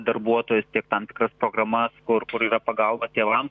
darbuotojus tiek tam tikras programas kur kur yra pagalba tėvam